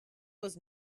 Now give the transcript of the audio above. was